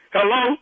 Hello